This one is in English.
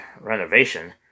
renovation